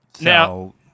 Now